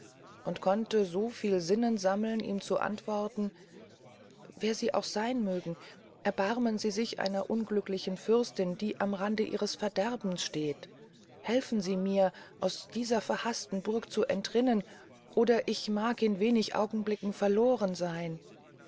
und konnte so viel sinnen sammeln ihm zu antworten wer sie auch seyn mögen erbarmen sie sich einer unglücklichen fürstin die am rande ihres verderbens steht helfen sie mir aus dieser verhaßten burg entrinnen oder ich mag in wenig augenblicken verlohren seyn